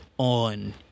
on